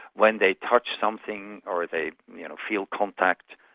when they touch something or they you know feel contact,